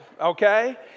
okay